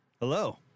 Hello